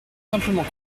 simplement